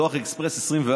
דואר אקספרס 24,